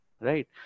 right